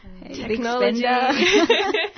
Technology